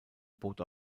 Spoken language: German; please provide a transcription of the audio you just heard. boot